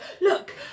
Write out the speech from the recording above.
look